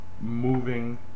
moving